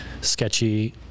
sketchy